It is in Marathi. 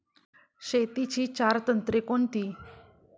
शेतीची चार तंत्रे कोणती?